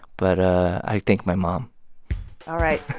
but i i thank my mom all right,